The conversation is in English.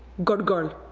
good girl,